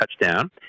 touchdown